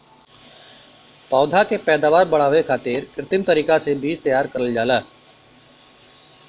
पौधा क पैदावार बढ़ावे खातिर कृत्रिम तरीका से बीज तैयार करल जाला